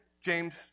James